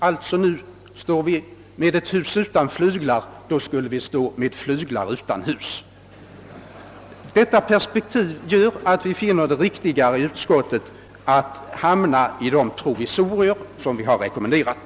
Vi står alltså nu med ett hus utan flyglar — då skulle vi stå med flyglar utan hus! Detta långsiktiga perspektiv gör att vi inom utskottet finner det riktigare att gå in för de provisorier som vi rekommenderat.